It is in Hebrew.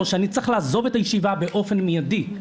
שאני צריך לעזוב את הישיבה באופן מיידי.